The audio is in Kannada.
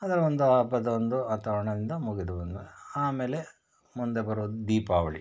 ಅದರ ಒಂದು ಹಬ್ಬದ ಒಂದು ವಾತಾವರಣದಿಂದ ಮುಗಿದು ಬಂದು ಆಮೇಲೆ ಮುಂದೆ ಬರೋದು ದೀಪಾವಳಿ